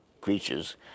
creatures